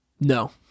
No